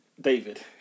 David